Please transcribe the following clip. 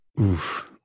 Oof